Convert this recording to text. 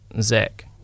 Zach